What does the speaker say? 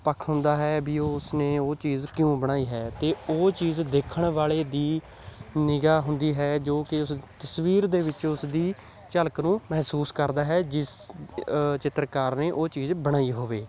ਪੱਖ ਹੁੰਦਾ ਹੈ ਵੀ ਉਸ ਨੇ ਉਹ ਚੀਜ਼ ਕਿਉਂ ਬਣਾਈ ਹੈ ਅਤੇ ਉਹ ਚੀਜ਼ ਦੇਖਣ ਵਾਲੇ ਦੀ ਨਿਗ੍ਹਾ ਹੁੰਦੀ ਹੈ ਜੋ ਕਿ ਉਸ ਤਸਵੀਰ ਦੇ ਵਿੱਚ ਉਸ ਦੀ ਝਲਕ ਨੂੰ ਮਹਿਸੂਸ ਕਰਦਾ ਹੈ ਜਿਸ ਚਿੱਤਰਕਾਰ ਨੇ ਉਹ ਚੀਜ਼ ਬਣਾਈ ਹੋਵੇ